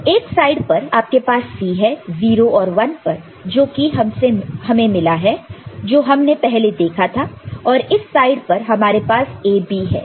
तो एक साइड पर आपके पास C है 0 और 1 पर जो कि हमसे मिला है जो हमने पहले देखा था और इस साइड पर हमारे पास AB है